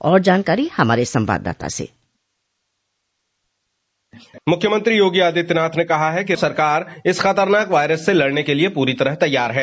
और जानकारी हमारे संवाददाता की मुख्यमंत्री योगी आदित्यनाथ ने कहा है कि सरकार इस खतरनाक वायरस से लड़ने के लिए पूरी तरह तैयार है